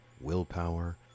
willpower